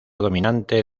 dominante